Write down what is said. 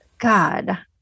god